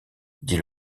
dit